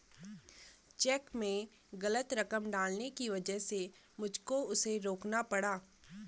check में गलत रकम डालने की वजह से मुझको उसे रोकना पड़ा